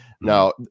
now